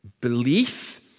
belief